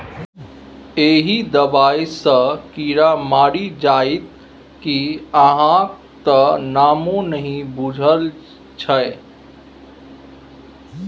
एहि दबाई सँ कीड़ा मरि जाइत कि अहाँक त नामो नहि बुझल छै